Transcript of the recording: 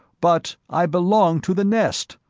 but i belong to the nest,